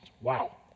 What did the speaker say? Wow